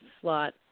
slot